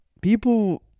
people